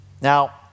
Now